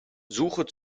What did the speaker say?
suche